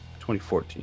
2014